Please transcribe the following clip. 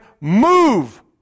move